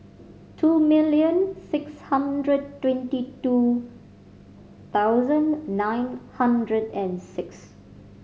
two million six hundred twenty two thousand nine hundred and six